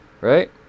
right